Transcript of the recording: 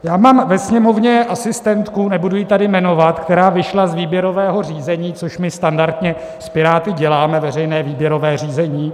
Já mám ve Sněmovně asistentku, nebudu ji tady jmenovat, která vyšla z výběrového řízení, což my standardně s Piráty děláme veřejné výběrové řízení.